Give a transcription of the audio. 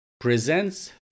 presents